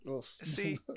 See